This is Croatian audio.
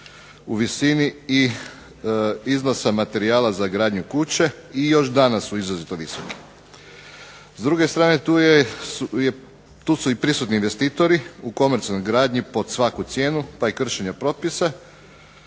u visini i iznosa materijala za gradnju kuće i još danas su izrazito visoki. S druge strane tu su i prisutni investitori, u komercijalnoj gradnji, pod svaku cijenu, pa i kršenja propisa,